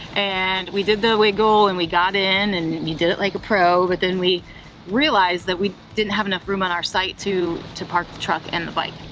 and we did the wiggle, and we got in. and you did it like a pro, but then we realized that we didn't have enough room on our site to to park the truck and the bike.